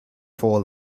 four